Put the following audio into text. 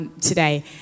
Today